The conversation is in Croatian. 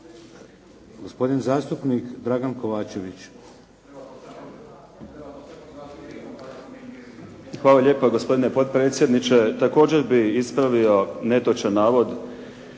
**Kovačević, Dragan (HDZ)** Hvala lijepa gospodine potpredsjedniče. Također bih ispravio netočan navod